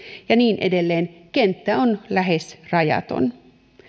ja niin edelleen kenttä on lähes rajaton